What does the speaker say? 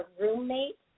roommate